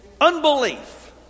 unbelief